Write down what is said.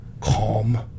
calm